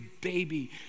baby